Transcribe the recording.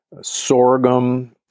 sorghum